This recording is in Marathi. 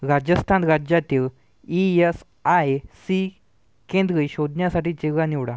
राजस्थान राज्यातील ई यस आय सी केंद्रे शोधण्यासाठी जिल्हा निवडा